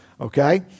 okay